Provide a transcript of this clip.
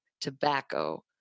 tobacco